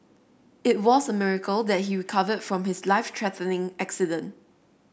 it was a miracle that he recovered from his life threatening accident